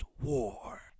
War